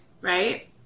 right